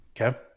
Okay